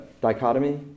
dichotomy